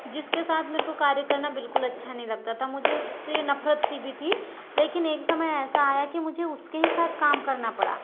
जिसके साथ मेरे को कार्य करना बिल्कुल अच्छा नहीं लगता था मुझे उससे नफरत सी भी थी लेकिन एक समय ऐसा आया कि मुझे उसके ही साथ काम करना पड़ा